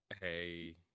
Hey